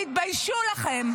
תתביישו לכם.